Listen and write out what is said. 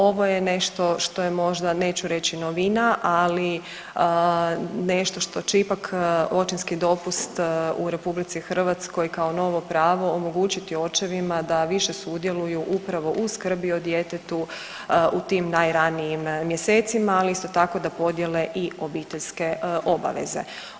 Ovo je nešto što je možda neću reći novina, ali nešto što će ipak očinski dopust u RH kao novo pravo omogućiti očevima da više sudjeluju upravo u skrbi o djetetu u tim najranijim mjesecima, ali isto tako da podjele i obiteljske obaveze.